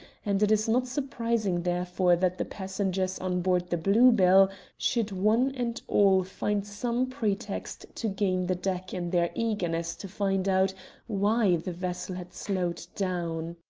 and it is not surprising therefore that the passengers on board the blue-bell should one and all find some pretext to gain the deck in their eagerness to find out why the vessel had slowed down.